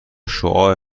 شعاع